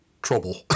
trouble